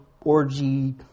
orgy